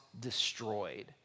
destroyed